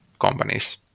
companies